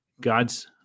God's